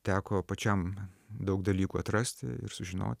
teko pačiam daug dalykų atrasti ir sužinot